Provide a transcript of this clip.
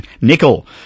Nickel